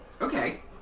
Okay